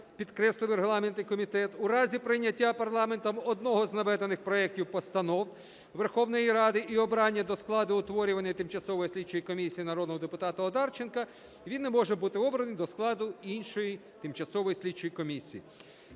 підкреслив регламентний комітет, у разі прийняття парламентом одного з наведених проектів постанов Верховної Ради і обрання до складу утворюваної тимчасової слідчої комісії народного депутата Одарченка, він не може бути обраним до складу іншої тимчасової слідчої комісії.